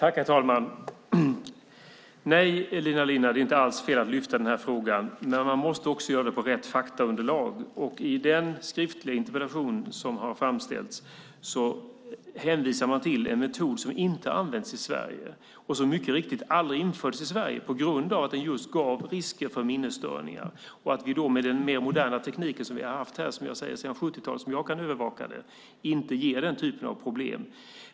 Herr talman! Nej, Elina Linna, det är inte alls fel att lyfta upp denna fråga, men man måste också göra det på rätt faktaunderlag. I den interpellation som har framställts hänvisar man till en metod som inte används i Sverige, och som mycket riktigt aldrig har införts i Sverige på grund av att den just innebar risker för minnesstörningar. Med den mer moderna teknik som vi har haft här sedan 70-talet, den tid som jag kan överblicka, ger inte behandlingen den typen av problem.